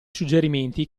suggerimenti